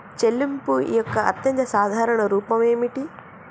చెల్లింపు యొక్క అత్యంత సాధారణ రూపం ఏమిటి?